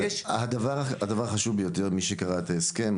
הדבר החשוב ביותר מי שקרא את ההסכם,